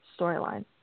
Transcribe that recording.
storyline